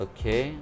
Okay